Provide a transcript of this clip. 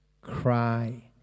cry